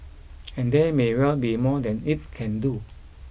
and there may well be more than it can do